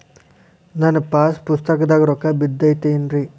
ನನ್ನ ಪಾಸ್ ಪುಸ್ತಕದಾಗ ರೊಕ್ಕ ಬಿದ್ದೈತೇನ್ರಿ?